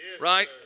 right